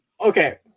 Okay